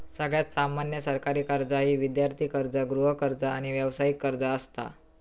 सगळ्यात सामान्य सरकारी कर्जा ही विद्यार्थी कर्ज, गृहकर्ज, आणि व्यावसायिक कर्ज असता